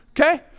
Okay